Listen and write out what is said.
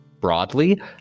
broadly